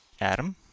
Adam